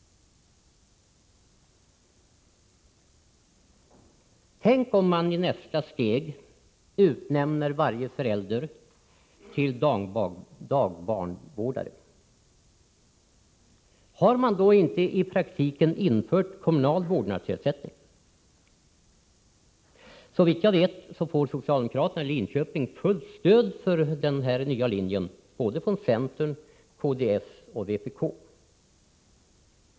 Tänk om man i nästa steg utnämner varje förälder till dagbarnvårdare? Har man då inte i praktiken infört kommunal vårdnadsersättning? Såvitt jag vet får socialdemokraterna i Linköping fullt stöd för denna nya linje från både centern, kds och vpk.